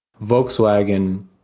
Volkswagen